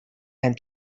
and